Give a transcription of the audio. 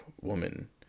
woman